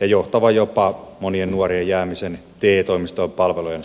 ja johtavan jopa monien nuorien jäämiseen te toimiston palvelujen ulkopuolelle